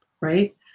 Right